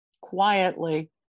quietly